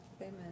Amen